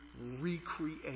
recreate